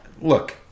look